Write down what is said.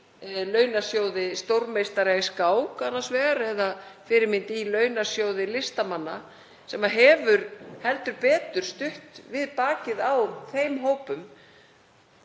launasjóði stórmeistara í skák eða fyrirmynd í launasjóði listamanna sem hafa heldur betur stutt við bakið á þeim hópum.